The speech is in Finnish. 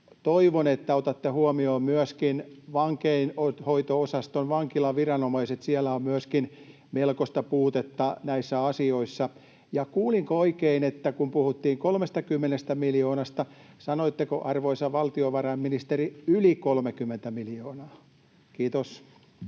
toivon, että otatte huomioon myöskin vankeinhoito-osaston, vankilaviranomaiset — siellä on myöskin melkoista puutetta näissä asioissa. Ja kuulinko oikein: kun puhuttiin 30 miljoonasta, sanoitteko, arvoisa valtiovarainministeri, yli 30 miljoonaa? — Kiitos.